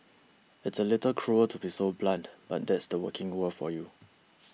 it's a little cruel to be so blunt but that's the working world for you